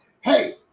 Hey